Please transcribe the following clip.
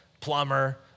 plumber